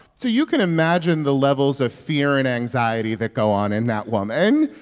so you can imagine the levels of fear and anxiety that go on in that woman.